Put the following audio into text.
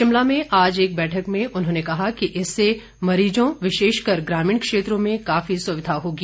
शिमला में आज एक बैठक में उन्होंने कहा कि इससे मरीज़ों विशेषकर ग्रामीण क्षेत्रों में काफी सुविधा होगी